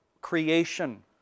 creation